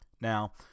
Now